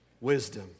Wisdom